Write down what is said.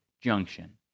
junction